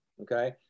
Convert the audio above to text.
okay